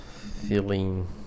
feeling